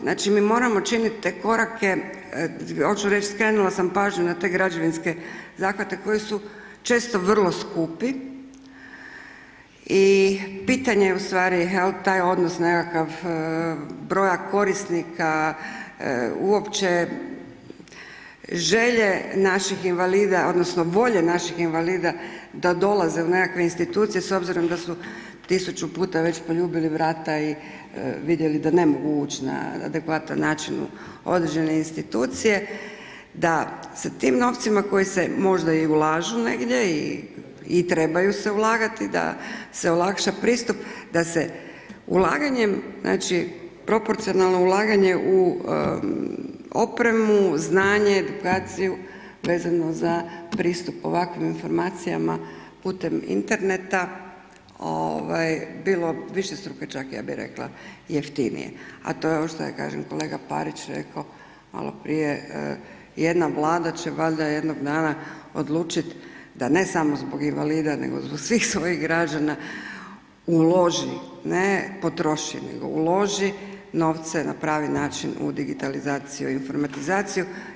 Znači mi moramo činit te korake oću reć skrenula sam pažnju na te građevinske zahvate koji su često vrlo skupi i pitanje u stvari jel taj odnos nekakav broja korisnika uopće želje naših invalida odnosno volje naših invalida da dolaze u nekakve institucije s obzirom da su 1.000 puta već poljubili vrata i vidjeli da ne mogu ući na adekvatan način u određene institucije, da sa tim novcima koji se možda i ulažu negdje i trebaju se ulagati, da se olakša pristup, da se ulaganjem znači proporcionalno ulaganje u opremu, znanje, edukaciju vezno za pristup ovakvim informacijama putem interneta ovaj bilo višestruke čak ja bi rekla jeftinije, a to je ovo šta ja kažem kolega Parić reko malo prije, jedna vlada će valjda jednog dana odlučit da ne samo zbog invalida nego zbog svih svojih građana uloži, ne potroši, nego uloži novce na pravi način u digitalizaciju i informatizaciju.